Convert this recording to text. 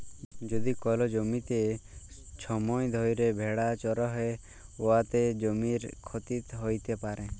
যদি কল জ্যমিতে ছময় ধ্যইরে ভেড়া চরহে উয়াতে জ্যমির ক্ষতি হ্যইতে পারে